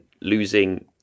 losing